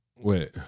Wait